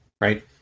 right